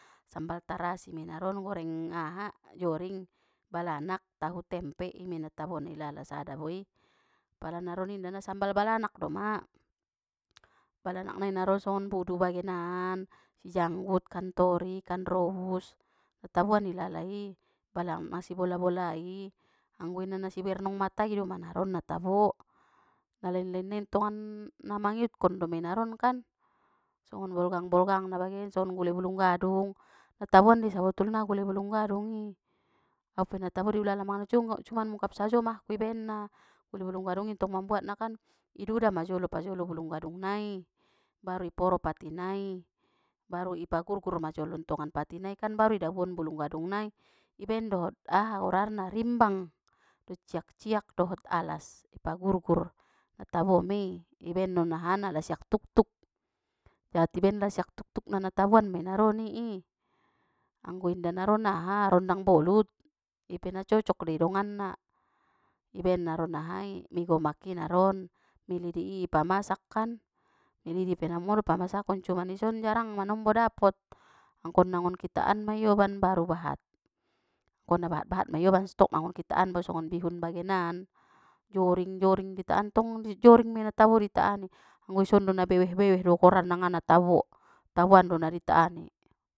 Sambal tarasi me naron goreng aha joring balanak tahu tempe i maia na tabo na i lala sada boi i, pala naron inda na sambal balanak doma, balanak nai naron songon bodo bagenan, si janggut ikan tori ikan robus na taboan ilala i, palanga si bola bola i, anggo inda na sibernong mata i doma naron natabo, nalain nalain tongan na mangiutkon doma nai naron kan, songon bolgang bolgangna bagen songon gule bulung gadung, na taboan dei sabetulna gule bulung gadungi, au pe na tabo dei ulala manganna cungak cuman mungkap sajo mahg ku i baenna, puel bulung gadung intong mambuatna kan, i duda majolo parjolo bulung gadung nai, baru iporo pati nai, baru i pagurgur manjolo tongan pati nai kan baru idabuon bulung gadung nai, i baen dohot aha goarna rimbang, dot ciak ciak, dohot alas i pagur gur natabo mei i baen non ahana lasiak tuktuk, jat ibaen lasiak tuktuk na taboan mei naron i i, anggo inda naron aha rondang bolut, i pe na cocok dei donganna, i baen naron ahai mi gomaki naron, mi lidi i pamasak kan, mi lidi pe na momo do pamasakaon cuman i son jarang manombo dapot, angko na nggon kita an ma ioban baru bahat, angkon nabahat bahatma ioban stokna nggon kita an bau songon bihun bagenan, joring joring pe i ta an tong joring mai na tabo i ita an ni, anggo ison do na beweh beweh do golarna ngga na tabo, ttaboan do nai dita an ni.